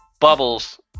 Bubbles